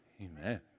Amen